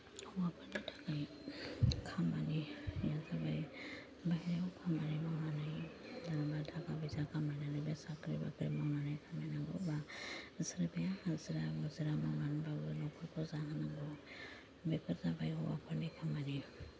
हौवाफोरनि थाखाय खामानिफोरा जाबाय बायहेरायाव खामानि मावनानै जेनेबा थाखा फैसा खामायनानै साख्रि बाख्रि मावनानै खामायनांगौ बा बिसोरो बे हाजिरा मुजिरा मावनानैब्लाबो जाहोनांगौ बेफोर जाबाय हौवाफोरनि खामानि